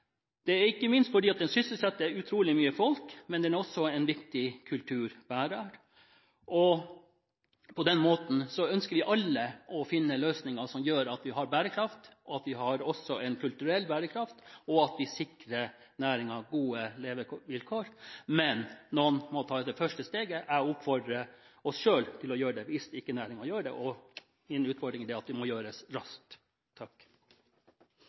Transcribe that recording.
Det er ikke minst fordi den sysselsetter utrolig mange folk, men den er også en viktig kulturbærer. På den måten ønsker vi alle å finne løsninger som gjør at vi har bærekraft, også en kulturell bærekraft, og at vi sikrer næringen gode levevilkår. Men noen må ta det første steget. Jeg oppfordrer oss selv til å gjøre det hvis ikke næringen gjør det, og min utfordring er at det må gjøres raskt.